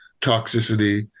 toxicity